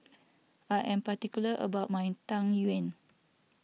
I am particular about my Tang Yuen